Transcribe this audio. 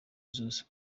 zose